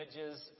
images